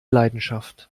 leidenschaft